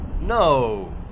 No